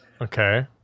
Okay